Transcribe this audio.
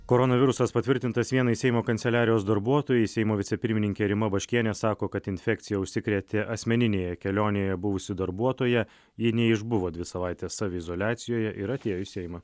koronavirusas patvirtintas vienai seimo kanceliarijos darbuotojai seimo vicepirmininkė rima baškienė sako kad infekcija užsikrėtė asmeninėje kelionėje buvusi darbuotoja ji neišbuvo dvi savaites saviizoliacijoje ir atėjo į seimą